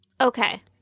Okay